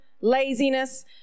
laziness